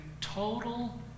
total